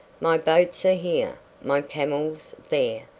my boats are here, my camels there,